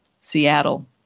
Seattle